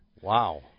Wow